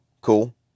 cool